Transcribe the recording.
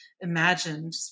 imagined